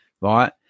right